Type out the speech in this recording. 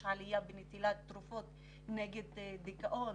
יש עלייה בנטילת תרופות נגד דיכאון,